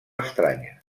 estranyes